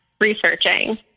researching